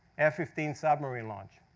f fifteen submarine launch.